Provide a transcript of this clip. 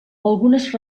algunes